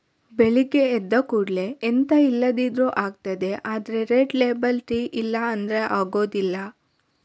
ಬೆಳಗ್ಗೆ ಎದ್ದ ಕೂಡ್ಲೇ ಎಂತ ಇಲ್ದಿದ್ರೂ ಆಗ್ತದೆ ಆದ್ರೆ ರೆಡ್ ಲೇಬಲ್ ಟೀ ಇಲ್ಲ ಅಂದ್ರೆ ಆಗುದಿಲ್ಲ